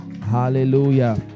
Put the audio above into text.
Hallelujah